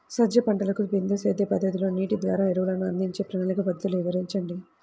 సజ్జ పంటకు బిందు సేద్య పద్ధతిలో నీటి ద్వారా ఎరువులను అందించే ప్రణాళిక పద్ధతులు వివరించండి?